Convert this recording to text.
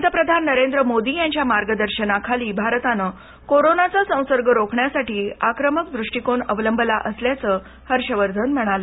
पंतप्रधान नरेंद्र मोदी यांच्या मार्गदर्शनाखाली भारतानं कोरोनाचा संसर्ग रोखण्यासाठी आक्रमक दृष्टीकोन अवलंबला असल्याचं हर्षवर्धन म्हणाले